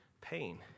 pain